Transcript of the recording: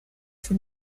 von